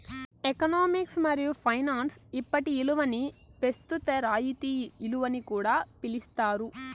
economics మరియు finance ఇప్పటి ఇలువని పెస్తుత రాయితీ ఇలువని కూడా పిలిస్తారు